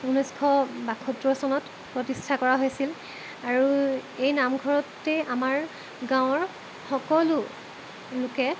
ঊনৈছশ বাসত্তৰ চনত প্ৰতিষ্ঠা কৰা হৈছিল আৰু এই নামঘৰতে আমাৰ গাঁৱৰ সকলো লোকে